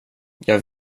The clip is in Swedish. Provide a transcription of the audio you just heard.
jag